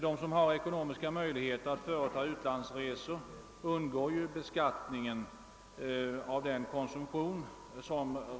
De som har ekonomiska möjligheter att företa utlandsresor undgår ju beskattningen på denna konsumtion.